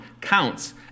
counts